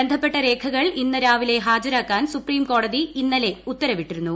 ബന്ധപ്പെട്ട രേഖകൾ ഇന്ന് രാവിലെ ഹാജരാക്കാൻ സുപ്രീംകോടതി ഇന്നലെ ഉത്തരവിട്ടിരുന്നു